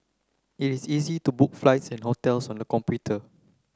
it is easy to book flights and hotels on the computer